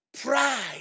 pride